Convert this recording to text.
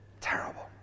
Terrible